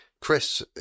Chris